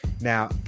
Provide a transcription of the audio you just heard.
Now